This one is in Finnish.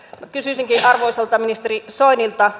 minä kysyisinkin arvoisalta ministeri soinilta